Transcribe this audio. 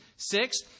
Six